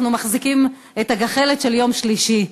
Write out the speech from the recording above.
אנחנו מחזיקים את הגחלת של יום שלישי.